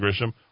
Grisham